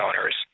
owners